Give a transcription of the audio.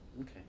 Okay